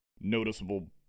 noticeable